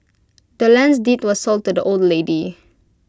the land's deed was sold to the old lady